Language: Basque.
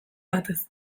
batez